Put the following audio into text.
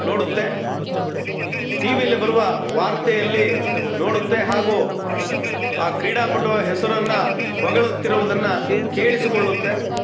ನೋಡುತ್ತೆ ಟಿ ವಿಯಲ್ಲಿ ಬರುವ ವಾರ್ತೆಯಲ್ಲಿ ನೋಡುತ್ತೆ ಹಾಗೂ ಆ ಕ್ರೀಡಾಪಟುವ ಹೆಸರನ್ನು ಹೊಗಳುತ್ತಿರುವುದನ್ನು ಕೇಳಿಸಿಕೊಳ್ಳುತ್ತೆ